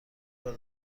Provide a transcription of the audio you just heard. بار